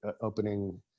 opening